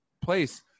place